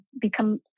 become